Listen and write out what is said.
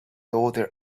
other